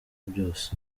byose